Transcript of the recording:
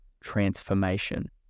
transformation